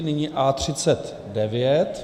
Nyní A39.